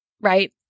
right